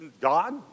God